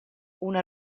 una